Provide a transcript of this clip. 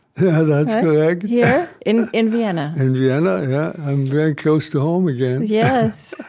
yeah that's correct here, in in vienna? in vienna, yeah. i'm very close to home again yes,